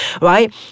Right